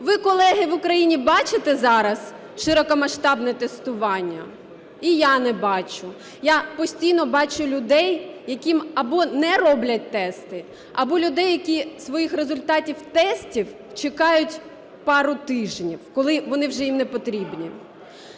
Ви, колеги, в Україні бачите зараз широкомасштабне тестування? І я не бачу. Я постійно бачу людей, яким або не роблять тести, або людей, які своїх результатів тестів чекають пару тижнів, коли вони вже їм непотрібні.